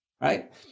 right